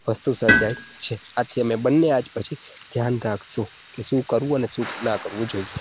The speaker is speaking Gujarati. વસ્તુ સર્જાઈ છે આથી અમે બંને આજ પછી ધ્યાન રાખીશું કે શું કરવું અને શું ન કરવું જોઈએ